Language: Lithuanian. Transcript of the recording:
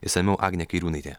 išsamiau agnė kairiūnaitė